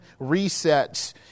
resets